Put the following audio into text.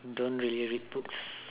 don't really read books